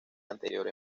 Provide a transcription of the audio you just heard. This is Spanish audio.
anterior